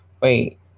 wait